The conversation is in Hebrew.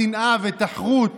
שנאה ותחרות